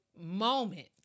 moment